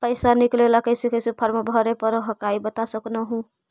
पैसा निकले ला कैसे कैसे फॉर्मा भरे परो हकाई बता सकनुह?